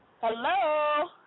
Hello